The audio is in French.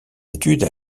études